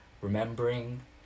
remembering